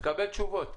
תקבל תשובות.